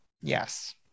Yes